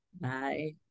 Bye